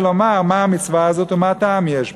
לומר מה המצווה הזאת ומה טעם יש בה,